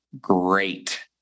great